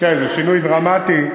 זה שינוי דרמטי.